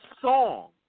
song